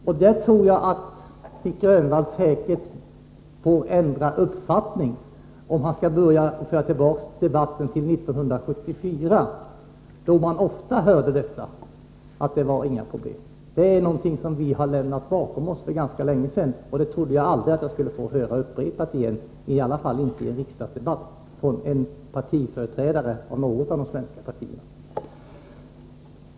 På den punkten tror jag säkert att Nic Grönvall får ändra uppfattning, om han vill föra tillbaka debatten till 1974, då man ofta hörde att det inte var några problem. Detta är någonting som vi har lämnat bakom oss för ganska länge sedan, och jag trodde aldrig att jag skulle få höra det upprepas, i varje fall inte i en riksdagsdebatt och av en företrädare för något av de svenska partierna.